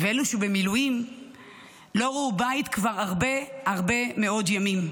ואלו שבמילואים לא ראו בית כבר הרבה הרבה מאוד ימים.